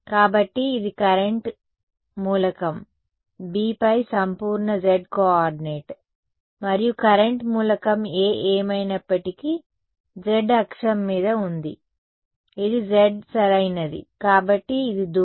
కాబట్టి ఇది కరెంట్ మూలకం B పై సంపూర్ణ z కోఆర్డినేట్ మరియు కరెంట్ మూలకం A ఏమైనప్పటికీ z అక్షం మీద ఉంది ఇది z సరైనది కాబట్టి ఇది దూరం